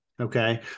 Okay